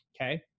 okay